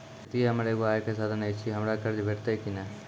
खेतीये हमर एगो आय के साधन ऐछि, हमरा कर्ज भेटतै कि नै?